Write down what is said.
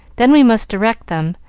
then we must direct them,